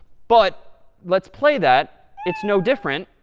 but let's play that. it's no different.